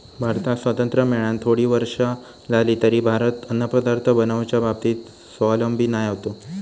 भारताक स्वातंत्र्य मेळान थोडी वर्षा जाली तरी भारत अन्नपदार्थ बनवच्या बाबतीत स्वावलंबी नाय होतो